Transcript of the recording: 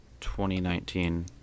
2019